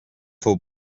fou